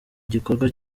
igikorwa